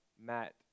Matt